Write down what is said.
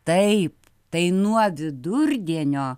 taip tai nuo vidurdienio